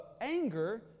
anger